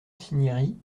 cinieri